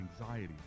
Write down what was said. anxiety